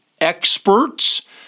experts